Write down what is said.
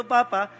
Papa